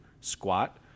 squat